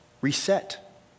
reset